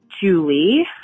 Julie